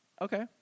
Okay